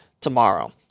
tomorrow